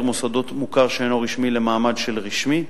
מוסדות מוכר שאינו רשמי למעמד של רשמי.